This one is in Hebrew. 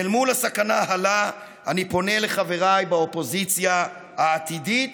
אל מול הסכנה הזאת אני פונה לחבריי באופוזיציה העתידית